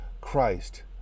Christ